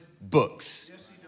books